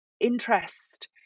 interest